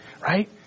right